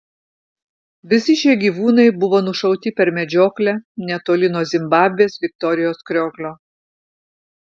visi šie gyvūnai buvo nušauti per medžioklę netoli nuo zimbabvės viktorijos krioklio